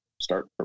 start